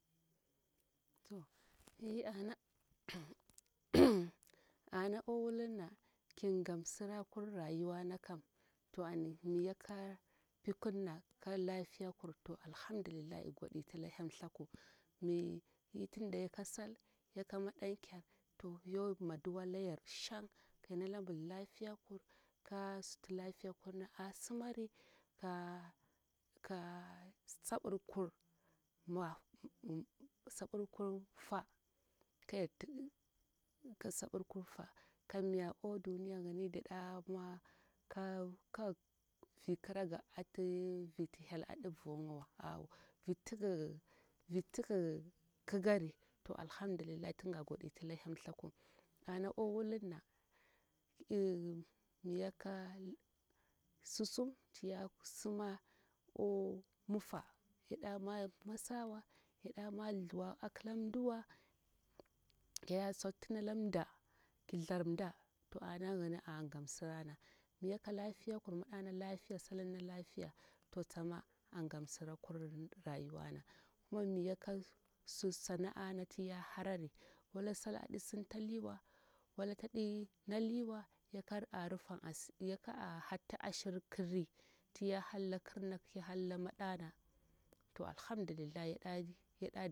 ana owulurna kingam sura kur rayuwana kam to an miyakampikirna ka lafiyakur to alhamdulillah igo itala helmtha ku me, tunda yaka sal yaka madamn kyar to yo adu'a layar shan ka hel nalayar lafiyakur kusutu lafiya kurni a simari ka, ka saɓilkur faa kamya o duniya yini mda ɗamo ka, ka fikiraga ata vitr hel aɗi vuyiwa vitigkikari to alhamdulillah tunga goɗita ta helmthaku ana owulurna eh miyaka susumtiya sima o mifa yaɗa mo masawa yaɗa mo thewa akilamduwa ya tsaktunalamda ki tharmda to ana yini an gamsirana miyaka lafiyakur maɗana lafiya salurna lafiya to tsama an gamsurakur rayuwana kuma miyaka sur sana'anati ya harari walasal aɗi sintaliwa walataɗi naliwa yaka a rufunasiri yaka a hartu ashir kiri tiya halla kirna ki halla maɗana to alhamdulillah yaɗa